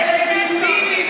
ללגיטימי,